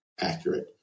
accurate